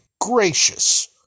gracious